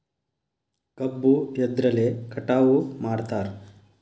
ಕಬ್ಬು ಎದ್ರಲೆ ಕಟಾವು ಮಾಡ್ತಾರ್?